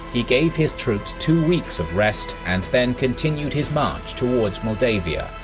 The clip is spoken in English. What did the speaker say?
he gave his troops two weeks of rest and then continued his march towards moldavia,